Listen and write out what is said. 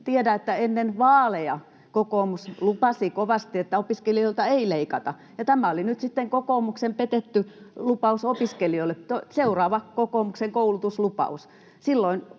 tiedä, että ennen vaaleja kokoomus lupasi kovasti, että opiskelijoilta ei leikata. Tämä oli nyt sitten kokoomuksen petetty lupaus opiskelijoille, seuraava kokoomuksen koulutuslupaus.